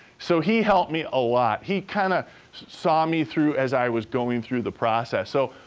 so, he helped me a lot. he kinda saw me through as i was going through the process. so,